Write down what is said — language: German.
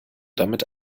damit